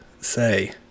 say